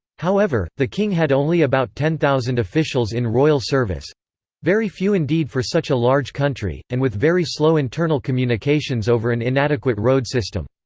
however, the king had only about ten thousand officials in royal service very few indeed for such a large country, and with very slow internal communications over an inadequate road system.